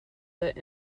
that